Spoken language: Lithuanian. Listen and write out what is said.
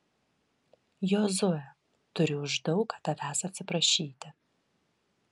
jozue turiu už daug ką tavęs atsiprašyti